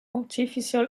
artificial